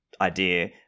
idea